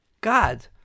God